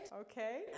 Okay